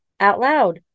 OUTLOUD